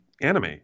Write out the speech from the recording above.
anime